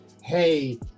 Hey